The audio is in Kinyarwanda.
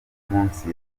munsi